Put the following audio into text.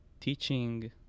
teaching